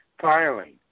filing